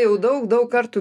jau daug daug kartų